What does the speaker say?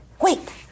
wait